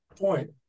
point